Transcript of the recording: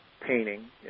painting